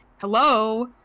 hello